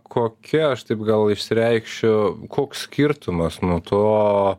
kokia aš taip gal išsireikšiu koks skirtumas nuo to